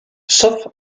sauf